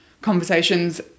conversations